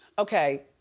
okay,